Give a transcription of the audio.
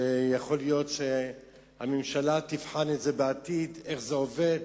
יכול להיות שהממשלה תבחן בעתיד איך זה עובד,